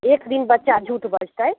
एक दिन बच्चा झूठ बजतै